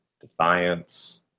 Defiance